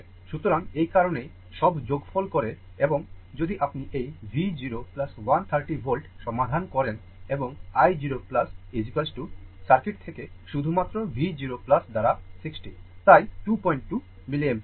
সুতরাং এই কারণেই সব যোগফল করে এবং যদি আপনি এই V 0 132 volt সমাধান করেন এবং i 0 সার্কিট থেকে শুধুমাত্র V 0 দ্বারা 60 তাই 22 মিলিঅ্যাম্পিয়ার